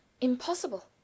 impossible